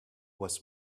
was